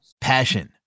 passion